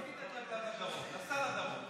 לא כיתת רגליו לדרום, נסע לדרום.